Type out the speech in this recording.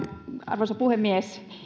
arvoisa puhemies